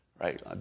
right